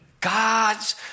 God's